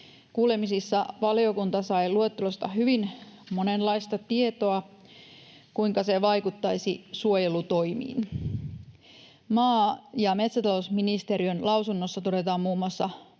Kuulemisissa valiokunta sai hyvin monenlaista tietoa siitä, kuinka luettelo vaikuttaisi suojelutoimiin. Maa- ja metsätalousministeriön lausunnossa todetaan mahdolliseksi